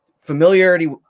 familiarity